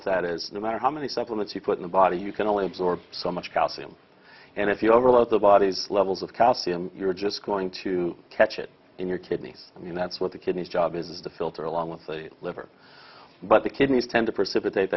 with that is no matter how many supplements you put in the body you can only absorb so much calcium and if you overload the body's levels of calcium you're just going to catch it in your kidneys i mean that's what the kidneys job is the filter along with the liver but the kidneys tend to precipitate